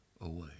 away